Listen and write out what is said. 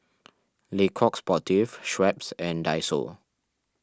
Le Coq Sportif Schweppes and Daiso